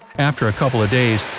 after a couple of days,